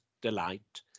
delight